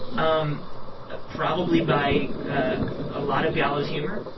um ah probably by a lot of gallows humor.